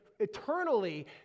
eternally